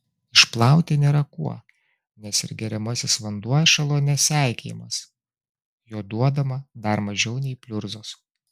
išplauti nėra kuo nes ir geriamasis vanduo ešelone seikėjamas jo duodama dar mažiau nei pliurzos